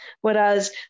whereas